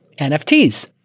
nfts